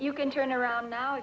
you can turn around now